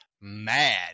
mad